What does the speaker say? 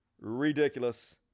Ridiculous